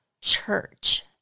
church